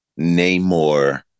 Namor